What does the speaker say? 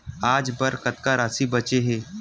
आज बर कतका राशि बचे हे?